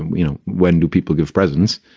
and you know, when do people give presence?